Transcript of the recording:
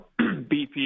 BP